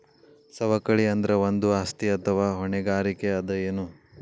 ಸವಕಳಿ ಅಂದ್ರ ಒಂದು ಆಸ್ತಿ ಅಥವಾ ಹೊಣೆಗಾರಿಕೆ ಅದ ಎನು?